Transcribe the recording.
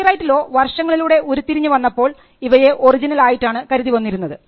copyright law വർഷങ്ങളിലൂടെ ഉരുത്തിരിഞ്ഞു വന്നപ്പോൾ ഇവയെ ഒറിജിനൽ ആയിട്ടാണ് കരുതിവന്നിരുന്നത്